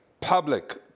public